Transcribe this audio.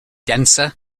denser